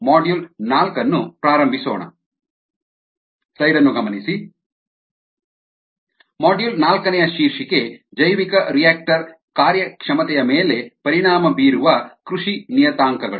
module ನಾಲ್ಕನೆಯ ಶೀರ್ಷಿಕೆ ಜೈವಿಕರಿಯಾಕ್ಟರ್ ಕಾರ್ಯಕ್ಷಮತೆಯ ಮೇಲೆ ಪರಿಣಾಮ ಬೀರುವ ಕೃಷಿ ನಿಯತಾಂಕಗಳು